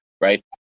right